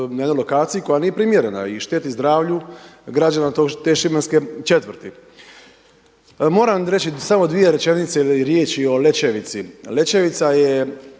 na jednoj lokaciji koja nije primjerena i šteti zdravlju građana te šibenske četvrti. Moram reći samo svije rečenice ili riječi o Lećevici. Lećevica je